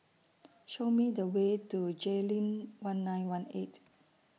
Show Me The Way to Jayleen one nine one eight